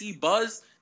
buzz